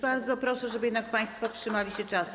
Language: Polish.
Bardzo proszę, żeby jednak państwo trzymali się czasu.